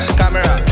camera